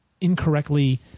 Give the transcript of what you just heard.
incorrectly